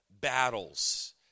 battles